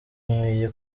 nkwiye